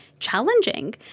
challenging